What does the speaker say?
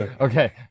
okay